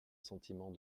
sentiment